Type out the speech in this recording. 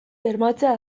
bermatzea